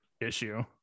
issue